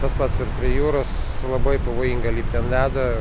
tas pats ir prie jūros labai pavojinga lipti ant ledo